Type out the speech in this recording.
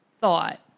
thought